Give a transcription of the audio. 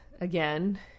again